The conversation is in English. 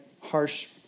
harsh